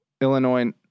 Illinois